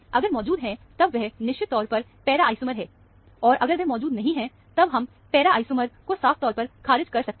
अगर मौजूद है तब वह निश्चित तौर पर पैरा आइसोमर है और अगर वह मौजूद नहीं है तब हम पैराआइसोमर को साफ तौर पर खारिज कर सकते हैं